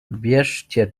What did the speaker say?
bierzcie